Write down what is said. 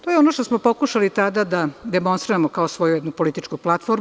To je ono što smo pokušali tada da demonstriramo kao svoju jednu političku platformu.